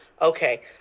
Okay